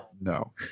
no